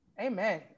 amen